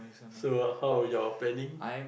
so how are your planning